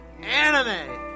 Anime